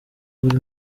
buri